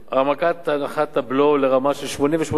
העמקת הנחת הבלו לרמה של 88%,